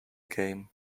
game